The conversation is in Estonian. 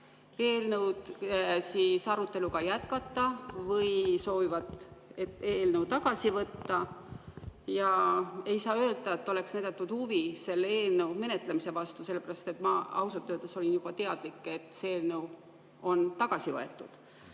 eelnõu arutelu jätkata või soovivad eelnõu tagasi võtta. Ja ei saa öelda, et oleks näidatud huvi selle eelnõu menetlemise vastu. Ma ausalt öeldes olin juba teadlik, et see eelnõu on tagasi võetud.